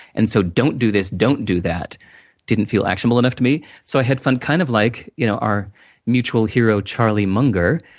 and so don't do this, don't do that didn't feel actionable enough to me, so i had fun, kind of like you know our mutual hero, charlie munger.